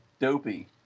Dopey